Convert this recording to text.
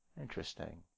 Interesting